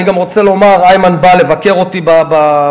אני גם רוצה לומר שאיימן בא לבקר אותי בחיפה,